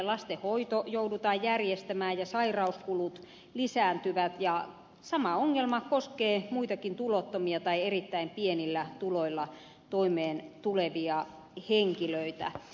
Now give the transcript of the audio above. lasten hoito joudutaan järjestämään ja sairauskulut lisääntyvät ja sama ongelma koskee muitakin tulottomia tai erittäin pienillä tuloilla toimeen tulevia henkilöitä